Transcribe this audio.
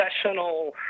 professional